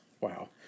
Wow